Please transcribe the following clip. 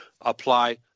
apply